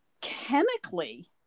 chemically